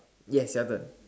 yes travel